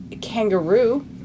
kangaroo